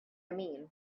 mean